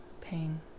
pain